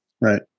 Right